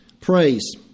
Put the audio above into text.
praise